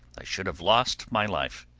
i should have lost my life.